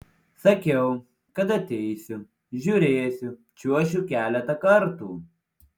sakiau kad ateisiu žiūrėsiu čiuošiu keletą kartų